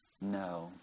No